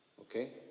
okay